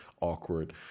awkward